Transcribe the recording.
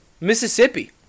Mississippi